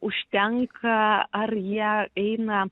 užtenka ar jie eina